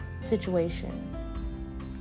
situations